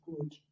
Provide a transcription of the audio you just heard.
good